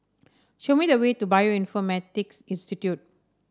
show me the way to Bioinformatics Institute